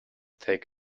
take